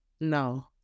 No